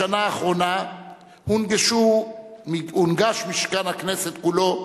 בשנה האחרונה הונגש משכן הכנסת כולו,